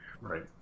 right